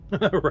Right